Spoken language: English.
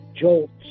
jolts